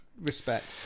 respect